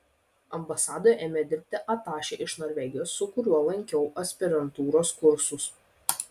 ambasadoje ėmė dirbti atašė iš norvegijos su kuriuo lankiau aspirantūros kursus